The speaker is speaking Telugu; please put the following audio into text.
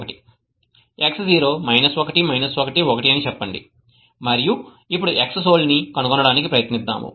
X0 1 1 1 అని చెప్పండి మరియు ఇప్పుడు xsol ను కనుగొనడానికి ప్రయత్నిద్దాం